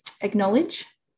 acknowledge